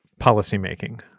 policymaking